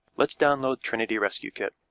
let's download trinity rescue kit,